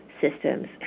systems